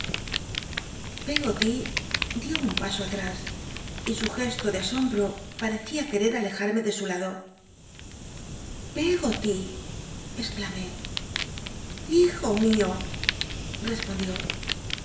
peggoty dió un paso atnís y su gesto de asombro parecía quete alejarme de su lado peggoty exclamé hijo mio respondió